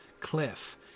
cliff